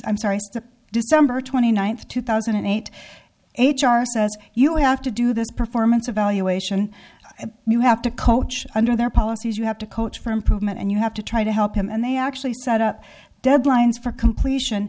i'm sorry december twenty ninth two thousand and eight h r says you have to do this performance evaluation and you have to coach under their policies you have to coach for improvement and you have to try to help them and they actually set up deadlines for completion